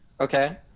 Okay